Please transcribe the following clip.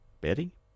Betty